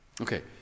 Okay